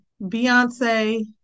Beyonce